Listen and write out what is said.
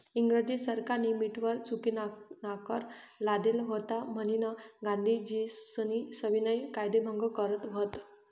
इंग्रज सरकारनी मीठवर चुकीनाकर लादेल व्हता म्हनीन गांधीजीस्नी सविनय कायदेभंग कर व्हत